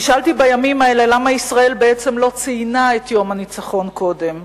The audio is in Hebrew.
נשאלתי בימים האלה למה ישראל בעצם לא ציינה את יום הניצחון קודם.